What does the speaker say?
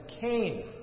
Cain